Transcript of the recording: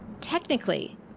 Technically